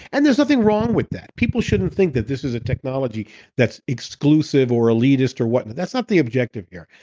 and there's nothing wrong with that. people shouldn't think that this is a technology that's exclusive or elitist or what not. that's not the objective here.